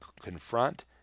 confront